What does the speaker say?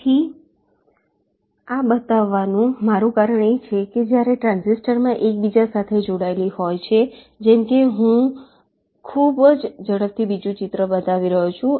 તેથી આ બતાવવાનું મારૂ કારણ એ છે કે જ્યારે ટ્રાન્ઝિસ્ટર એકબીજા સાથે જોડાયેલા હોય છે જેમ કે હું ખૂબ જ ઝડપથી બીજું ચિત્ર બતાવી રહ્યો છું